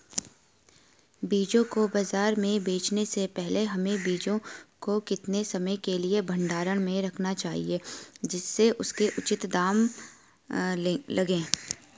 बीजों को बाज़ार में बेचने से पहले हमें बीजों को कितने समय के लिए भंडारण में रखना चाहिए जिससे उसके उचित दाम लगें?